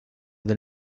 del